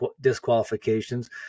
disqualifications